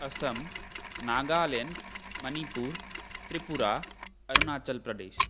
आसामः नागालेण्डः मणिपुरम् त्रिपुरा अरुणाचलप्रदेशः